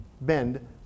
Bend